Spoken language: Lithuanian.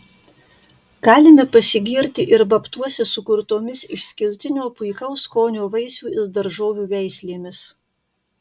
galime pasigirti ir babtuose sukurtomis išskirtinio puikaus skonio vaisių ir daržovių veislėmis